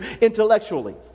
intellectually